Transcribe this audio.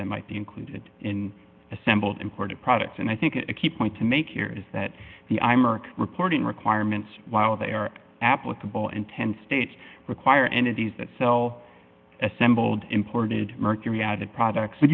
that might be included in assembled imported products and i think it a key point to make here is that the ime are reporting requirements while they are applicable in ten states require entities that sell assembled imported mercury added products that